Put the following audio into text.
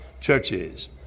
churches